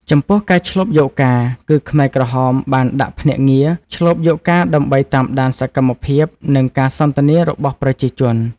ចំពោះការឈ្លបយកការណ៍គឺ ខ្មែរក្រហមបានដាក់ភ្នាក់ងារឈ្លបយកការណ៍ដើម្បីតាមដានសកម្មភាព និងការសន្ទនារបស់ប្រជាជន។